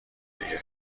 دیگه